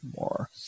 more